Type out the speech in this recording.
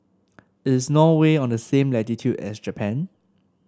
is Norway on the same latitude as Japan